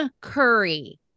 Curry